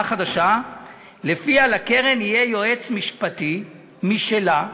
חדשה שלפיה לקרן יהיה יועץ משפטי משלה,